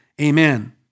amen